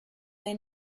they